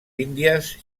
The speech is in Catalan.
índies